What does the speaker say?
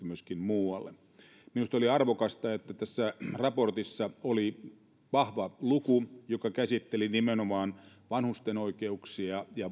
myöskin muualle minusta oli arvokasta että tässä raportissa oli vahva luku joka käsitteli nimenomaan vanhusten oikeuksia ja